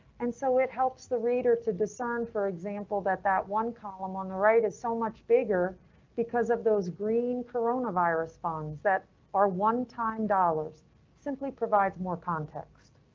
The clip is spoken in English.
and so it helps the reader to discern, for example, that that one column on the right is so much bigger because of those green coronavirus bonds that are one time dollars simply provides more context.